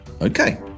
Okay